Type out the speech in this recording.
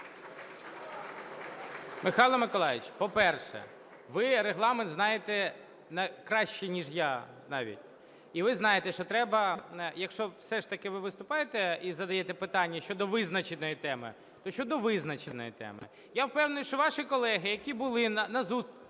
Михайло Миколайович, по-перше, ви Регламент знаєте краще ніж я навіть. І ви знаєте, що треба, якщо все ж таки ви виступаєте і задаєте питання щодо визначеної теми, то щодо визначеної теми. Я впевнений, що ваші колеги, які були на